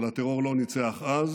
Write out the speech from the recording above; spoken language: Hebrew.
אבל הטרור לא ניצח אז